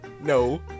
No